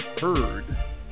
heard